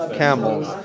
camels